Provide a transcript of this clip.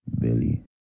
Billy